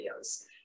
videos